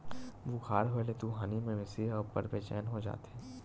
बुखार होए ले दुहानी मवेशी ह अब्बड़ बेचैन हो जाथे